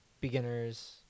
beginners